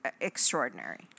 extraordinary